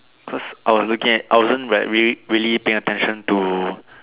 cos I was looking at I wasn't re` really really paying attention to